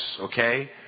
okay